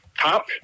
top